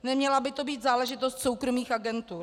Neměla by to být záležitost soukromých agentur.